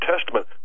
Testament